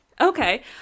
okay